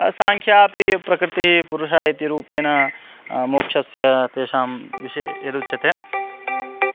साङ्ख्यो अपि प्रकृतिः पुरुषः इति रूपेण मोक्षस्य तेषां विषये यदुच्यते